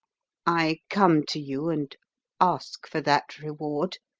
i come to you and ask for that reward,